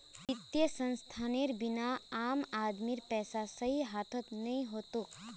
वित्तीय संस्थानेर बिना आम आदमीर पैसा सही हाथत नइ ह तोक